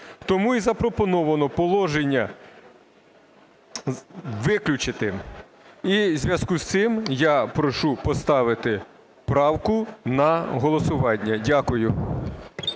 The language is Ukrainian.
Тому і запропоновано положення виключити. І у зв'язку з цим я і прошу поставити правку на голосування. Дякую.